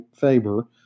Faber